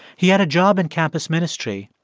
he had a job in campus ministry,